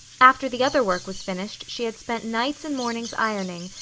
after the other work was finished she had spent nights and mornings ironing,